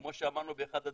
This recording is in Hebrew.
כמו שאמרנו באחד הדיונים,